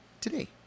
today